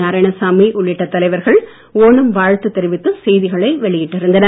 நாராயணசாமி உள்ளிட்ட தலைவர்கள் ஒணம் வாழ்த்து தெரிவித்து செய்திகளை வெளியிட்டு இருந்தனர்